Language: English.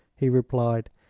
he replied.